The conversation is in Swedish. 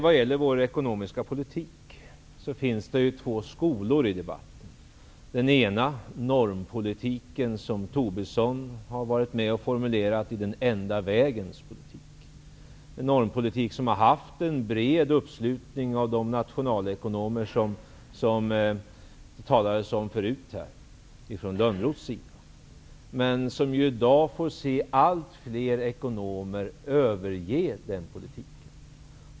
Vad gäller vår ekonomiska politik finns det två skolor i debatten. Den ena skolan står för den normpolitik som Tobisson har varit med och formulerat som den enda vägens politik. Det är en normpolitik som har haft en bred uppslutning av de nationalekonomer som det här tidigare talades om från Lönnroths sida, men som nu allt fler ekonomer överger.